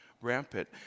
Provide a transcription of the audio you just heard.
rampant